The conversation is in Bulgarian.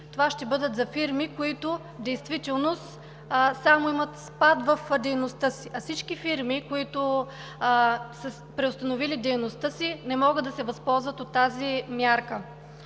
това ще бъде за фирми, които в действителност имат само спад в дейността си. А всички фирми, които са преустановили дейността си, не могат да се възползват от тази мярка.